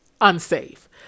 unsafe